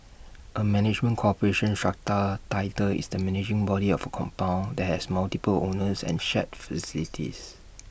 A management corporation strata title is the managing body of A compound that has multiple owners and shared facilities